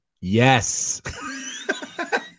Yes